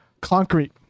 Concrete